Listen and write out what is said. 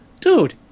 Dude